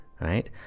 right